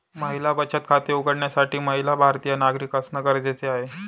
महिला बचत खाते उघडण्यासाठी महिला भारतीय नागरिक असणं गरजेच आहे